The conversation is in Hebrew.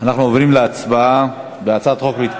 אנחנו עוברים להצבעה על הצעת חוק לתיקון